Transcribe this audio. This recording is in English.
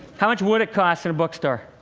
how much would it cost in a bookstore?